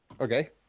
Okay